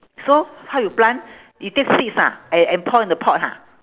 so how you plant you take seeds ah and and pour in the pot ha